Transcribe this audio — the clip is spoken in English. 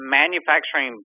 manufacturing